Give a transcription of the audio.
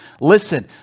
Listen